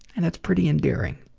and it's pretty endearing.